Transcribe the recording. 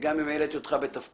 גם אם העליתי אותך בתפקיד,